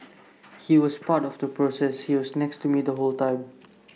he was part of the process he was next to me the whole time